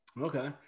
okay